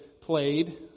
played